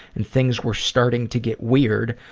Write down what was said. and things were starting to get weird,